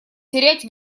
терять